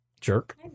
Jerk